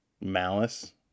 malice